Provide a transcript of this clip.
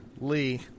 Lee